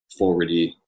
forwardy